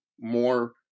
more